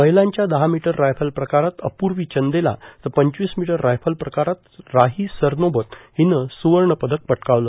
महिलांच्या दहा metre rifle प्रकारात अपूर्वी चंदेला तर पंचवीस मीटर रायफल प्रकारात राही सरनोबत हीनं स्वर्णपदक पटकावलं